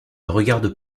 regardent